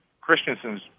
Christensen's